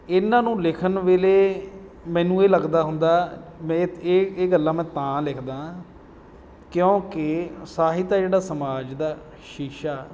ਇਹਨਾਂ ਨੂੰ ਲਿਖਣ ਵੇਲੇ ਮੈਨੂੰ ਇਹ ਲੱਗਦਾ ਹੁੰਦਾ ਮੈਂ ਇਹ ਇਹ ਗੱਲਾਂ ਮੈਂ ਤਾਂ ਲਿਖਦਾ ਕਿਉਂਕਿ ਸਾਹਿਤ ਆ ਜਿਹੜਾ ਸਮਾਜ ਦਾ ਸ਼ੀਸ਼ਾ